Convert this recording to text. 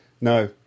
No